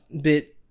bit